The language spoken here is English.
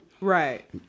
Right